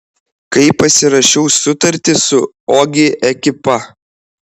kai pasirašiau sutartį su ogi ekipa